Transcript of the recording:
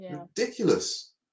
Ridiculous